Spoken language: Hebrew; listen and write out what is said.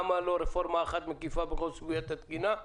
למה לא רפורמה אחת מקיפה בכל סוגיית התקינה?